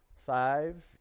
Five